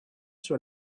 sur